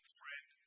friend